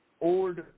old